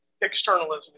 externalism